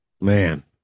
man